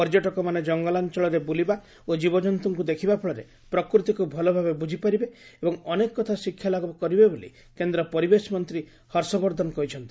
ପର୍ଯ୍ୟଟକମାନେ ଜଙ୍ଗଲାଞ୍ଚଳରେ ବୁଲିବା ଓ ଜୀବଜନ୍ତୁଙ୍କୁ ଦେଖିବା ଫଳରେ ପ୍ରକୃତିକୁ ଭଲଭାବେ ବୂଝିପାରିବେ ଏବଂ ଅନେକ କଥା ଶିକ୍ଷାଲାଭ କରିବେ ବୋଲି କେନ୍ଦ୍ର ପରିବେଶ ମନ୍ତ୍ରୀ ହର୍ଷବର୍ଦ୍ଧନ କହିଛନ୍ତି